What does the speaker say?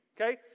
okay